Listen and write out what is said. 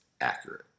accurate